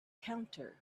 counter